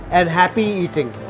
and happy eating!